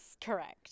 Correct